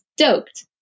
stoked